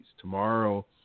Tomorrow